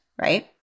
Right